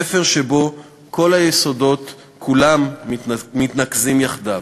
ספר שבו כל היסודות כולם מתנקזים יחדיו.